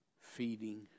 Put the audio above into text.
feeding